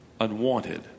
unwanted